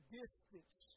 distance